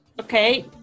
Okay